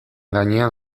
gainean